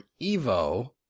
Evo